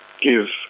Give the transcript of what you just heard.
give